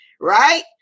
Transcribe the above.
Right